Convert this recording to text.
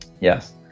Yes